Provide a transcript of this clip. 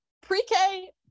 pre-k